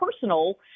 personal